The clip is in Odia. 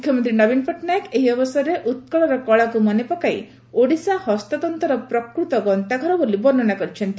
ମୁଖ୍ୟମନ୍ତ୍ରୀ ନବୀନ ପଟ୍ଟନାୟକ ଏହି ଅବସରରେ ଉକ୍କଳର କଳାକୁ ମନେପକାଇ ଓଡ଼ିଶା ହସ୍ତତ୍ତର ପ୍ରକୃତ ଗନ୍ତାଘର ବୋଲି ବର୍ଣ୍ଣନା କରିଛନ୍ତି